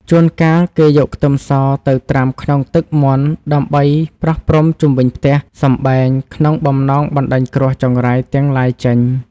ជួនកាលគេយកខ្ទឹមសទៅត្រាំក្នុងទឹកមន្តដើម្បីប្រោះព្រំជុំវិញផ្ទះសម្បែងក្នុងបំណងបណ្តេញគ្រោះចង្រៃទាំងឡាយចេញ។